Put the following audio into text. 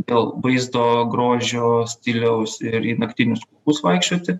dėl vaizdo grožio stiliaus ir į naktinius vaikščioti